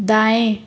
दाएँ